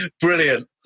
brilliant